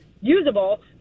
usable